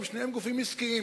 שניהם גופים עסקיים.